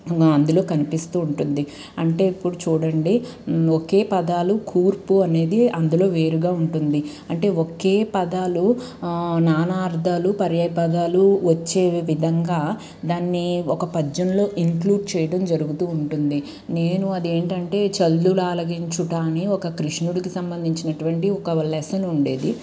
అందులో కనిపిస్తూ ఉంటుంది అంటే ఇప్పుడు చూడండి ఒకే పదాలు కూర్పు అనేది అందులో వేరుగా ఉంటుంది అంటే ఒకే పదాలు నానార్థాలు పర్యాయపదాలు వచ్చే విధంగా దాన్ని ఒక పద్యంలో ఇంక్లూడ్ చేయడం జరుగుతూ ఉంటుంది నేను అది ఏంటంటే చల్లుల ఆలకించుట అనే ఒక కృష్ణుడికి సంబంధించినటువంటి ఒక లెసన్ ఉండేది